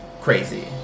crazy